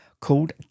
called